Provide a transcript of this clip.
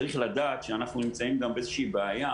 צריך לדעת שאנחנו נמצאים גם באיזושהי בעיה